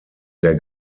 der